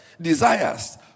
desires